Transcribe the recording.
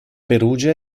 perugia